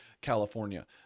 California